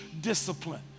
discipline